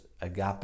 agape